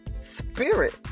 spirit